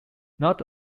not